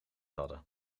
hadden